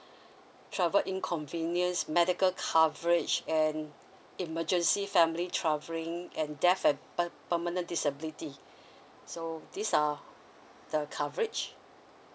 travel inconvenience medical coverage and emergency family travelling and death and per~ permanent disability so these are the coverage